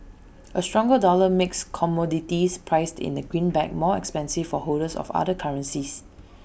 A stronger dollar makes commodities priced in the greenback more expensive for holders of other currencies